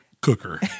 cooker